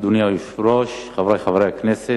אדוני היושב-ראש, חברי חברי הכנסת,